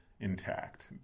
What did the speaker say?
intact